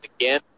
again